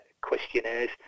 questionnaires